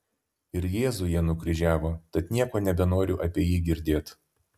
ir jėzų jie nukryžiavo tad nieko nebenoriu apie jį girdėt